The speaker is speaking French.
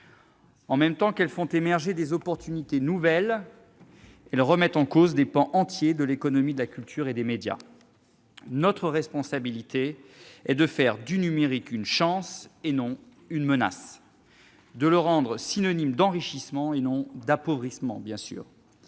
En même temps qu'il fait émerger des opportunités nouvelles, le numérique remet en cause des pans entiers de l'économie de la culture et des médias. Notre responsabilité est de faire du numérique une chance, et non une menace ; de le rendre synonyme d'enrichissement, et non d'appauvrissement ; de